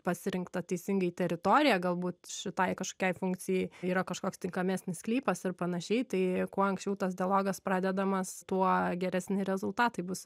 pasirinkta teisingai teritorija galbūt šitai kažkokiai funkcijai yra kažkoks tinkamesnis sklypas ir panašiai tai kuo anksčiau tas dialogas pradedamas tuo geresni rezultatai bus